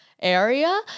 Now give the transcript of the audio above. area